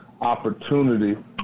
opportunity